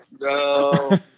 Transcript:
No